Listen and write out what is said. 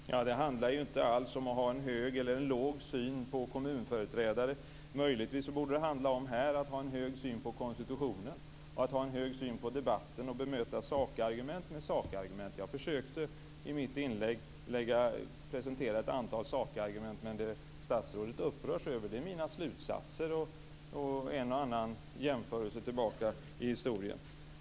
Fru talman! Det handlar inte alls om att ha en hög eller låg syn på kommunföreträdare. Här borde det möjligen handla om att ha en hög syn på konstitutionen, att ha en hög syn på debatten och bemöta sakargument med sakargument. I mitt inlägg försökte jag presentera ett antal sakargument, men statsrådet upprörs över mina slutsatser och en och annan jämförelse tillbaka i historien.